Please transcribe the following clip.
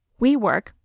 WeWork